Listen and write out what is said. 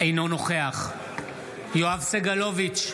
אינו נוכח יואב סגלוביץ'